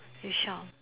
we shall